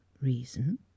reason